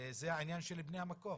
זה העניין של בני המקום